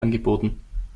angeboten